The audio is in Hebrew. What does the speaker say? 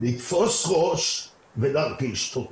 לתפוס ראש, ולהרגיש טוב.